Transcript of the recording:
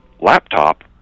laptop